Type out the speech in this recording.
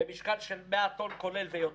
במשקל של 100 טון ויותר,